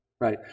right